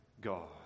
God